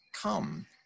come